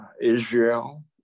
Israel